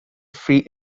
free